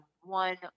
one